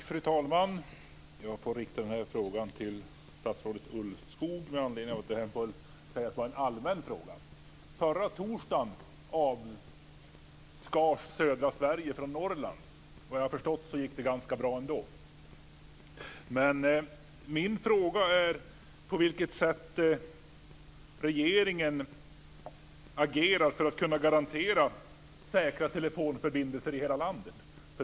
Fru talman! Jag får rikta min fråga till statsrådet Ulvskog, med anledning av att det här kan sägas vara en allmän fråga. Förra torsdagen avskars södra Sverige från Norrland. Efter vad jag har förstått gick det ganska bra ändå. Min fråga är på vilket sätt regeringen agerar för att kunna garantera säkra telefonförbindelser i hela landet.